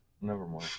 Nevermore